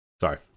Sorry